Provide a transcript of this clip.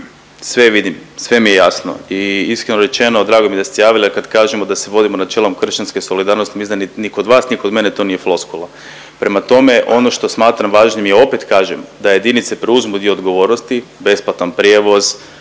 sve vidim, sve mi je jasno i iskreno rečeno, drago mi je da ste se javili, a kad kažemo da se vodimo načelom kršćanske solidarnosti, mislim da ni kod vas ni kod mene to nije floskula. Prema tome, ono što smatram važnim ja opet kažem, da jedinice preuzmu dio odgovornosti, besplatan prijevoz,